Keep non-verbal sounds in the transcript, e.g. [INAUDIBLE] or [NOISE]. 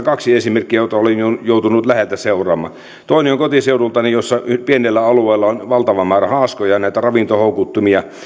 [UNINTELLIGIBLE] kaksi esimerkkiä joita olen joutunut läheltä seuraamaan toinen on kotiseudultani jossa pienellä alueella on valtava määrä haaskoja näitä ravintohoukuttimia